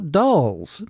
dolls